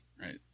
right